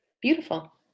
Beautiful